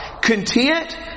content